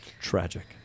Tragic